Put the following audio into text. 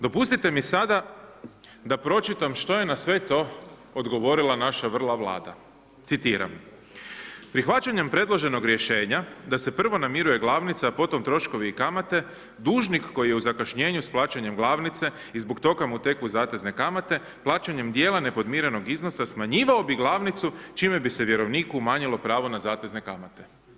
Dopustite mi sada da pročitam što je na sve to ogovorila naša vrla Vlada, citiram: „Prihvaćanjem predloženog rješenja da se prvo namiruje glavnica, a potom troškovi i kamate dužnik koji je u zakašnjenju s plaćanjem glavnice i zbog toga mu teku zatezne kamate plaćanjem dijela nepodmirenog iznosa smanjivao bi glavnicu čime bi se vjerovniku umanjilo pravo na zatezne kamate“